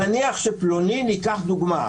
ניקח דוגמה,